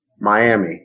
Miami